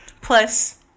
Plus